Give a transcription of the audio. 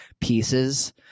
pieces